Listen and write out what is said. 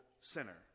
sinner